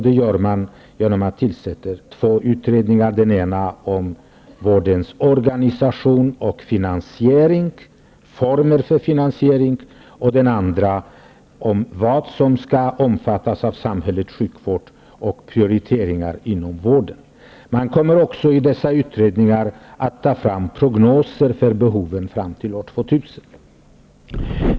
Det gör man genom att tillsätta två utredningar -- den ena om vårdens organisation och former för finansiering och den andra om vad som skall omfattas av samhällssjukvård och prioriteringen inom vården. I dessa utredningar kommer man också att ta fram prognoser för behoven fram till år 2000.